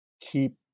keep